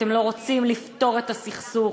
אתם לא רוצים לפתור את הסכסוך.